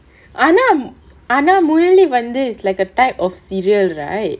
ஆனா ஆனா:aanaa aanaa muesli வந்து:vanthu is like a type of cereal right